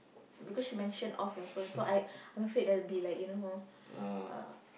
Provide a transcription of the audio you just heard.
because she mention off your phone so I afraid that be like you know uh